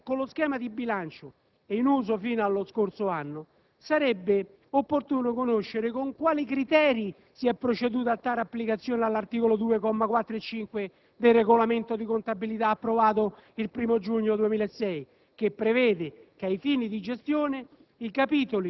Con riguardo alla tabella di raffronto con lo schema di bilancio, in uso fino allo scorso anno, sarebbe opportuno conoscere con quali criteri si è proceduto a tale applicazione dell'articolo 2, commi 4 e 5, del Regolamento di contabilità approvato il 1° giugno 2006,